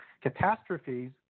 catastrophes